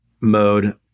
mode